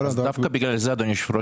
דווקא בגלל זה אדוני היושב ראש,